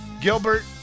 Gilbert